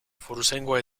foruzaingoa